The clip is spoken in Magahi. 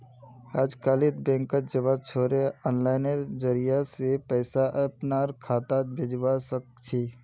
अजकालित बैंकत जबा छोरे आनलाइनेर जरिय स पैसा अपनार खातात भेजवा सके छी